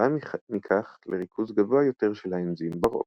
וכתוצאה מכך לריכוז גבוה יותר של האנזים ברוק.